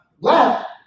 left